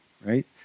right